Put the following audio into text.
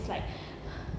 it's like